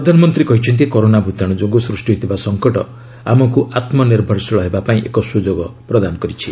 ପ୍ରଧାନମନ୍ତ୍ରୀ କହିଛନ୍ତି କରୋନା ଭୂତାଣୁ ଯୋଗୁଁ ସୃଷ୍ଟି ହୋଇଥିବା ସଂକଟ ଆମକୁ ଆତ୍କନିର୍ଭରଶୀଳ ହେବା ପାଇଁ ଏକ ସୁଯୋଗ ଦେଇଛି